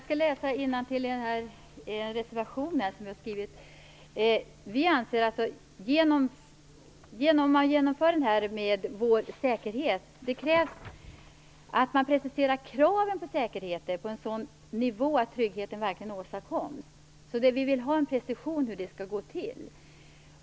Fru talman! Jag skall läsa innantill i den reservation vi har skrivit. Det krävs att man preciserar kraven på säkerheter på en sådan nivå att tryggheten verkligen åstadkoms. Vi vill ha en precisering av hur det skall gå till.